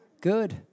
Good